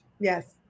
Yes